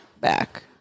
Back